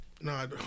No